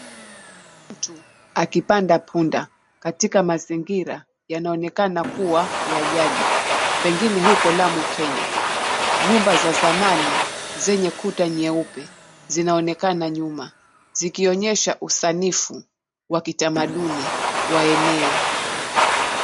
Mtu akipanda punda katika mazingira yanaonekana kuwa ya jadi. Pengine huko Lamu Kenya. Nyumba za zamani, zenye kuta nyeupe zinaonekana nyuma. Zikionyesha usanifu wa kitamaduni wa eneo.